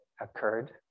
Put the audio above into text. occurred